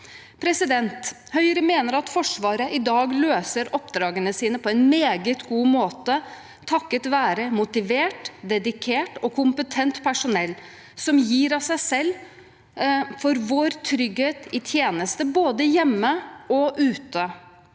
utlandet. Høyre mener at Forsvaret i dag løser oppdragene sine på en meget god måte takket være motivert, dedikert og kompetent personell som gir av seg selv for vår trygghet i tjeneste både hjemme og ute.